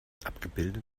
abgebildet